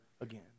again